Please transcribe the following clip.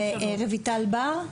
ורויטל בר?